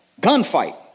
gunfight